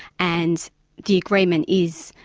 and the agreement is,